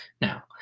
Now